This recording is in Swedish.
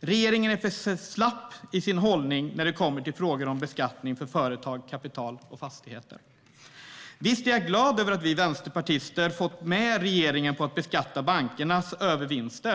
Regeringen är för slapp i sin hållning när det kommer till frågor om beskattning av företag, kapital och fastigheter. Visst är jag glad över att vi vänsterpartister har fått med regeringen på att beskatta bankernas övervinster.